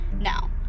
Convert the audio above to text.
Now